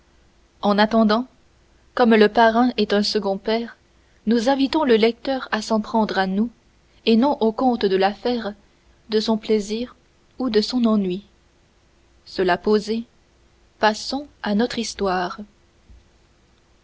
en attendant comme le parrain est un second père nous invitons le lecteur à s'en prendre à nous et non au comte de la fère de son plaisir ou de son ennui cela posé passons à notre histoire